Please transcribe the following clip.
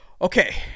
Okay